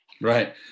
Right